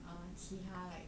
uh 其他 like